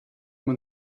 man